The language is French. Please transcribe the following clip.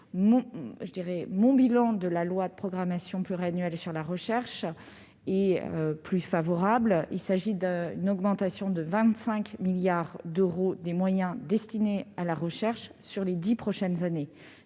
je tire de la loi de programmation pluriannuelle de la recherche est plus favorable puisqu'est prévue une augmentation de 25 milliards d'euros des moyens destinés à la recherche sur les dix prochaines années.